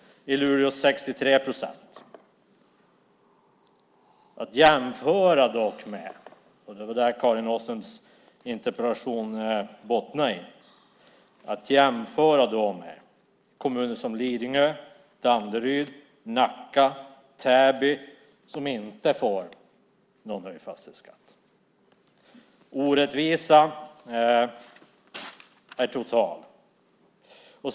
I Luleå får man 63 procent. Det ska jämföras med kommuner som Lidingö, Danderyd, Nacka och Täby som inte får höjd fastighetsskatt. Det är det som Karin Åströms interpellation bottnar i. Orättvisan är total.